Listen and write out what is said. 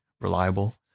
reliable